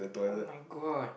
oh-my-god